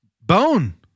Bone